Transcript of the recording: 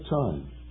time